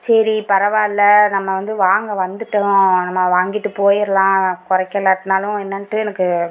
சரி பரவாயில்ல நம்ம வந்து வாங்க வந்துட்டோம் நான் வாங்கிகிட்டு போயிடலாம் குறைக்கலாட்னாலும் என்னன்ட்டு எனக்கு